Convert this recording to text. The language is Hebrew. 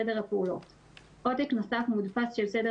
סדר הפעולות); עותק נוסף מודפס של סדר